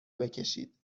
بکشید